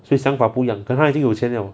所以想法不一样可能他已经有钱 liao